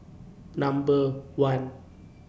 Number one